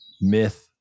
myth